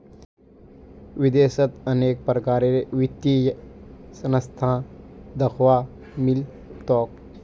विदेशत अनेक प्रकारेर वित्तीय संस्थान दख्वा मिल तोक